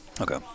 Okay